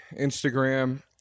instagram